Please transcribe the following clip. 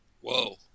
Whoa